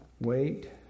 Wait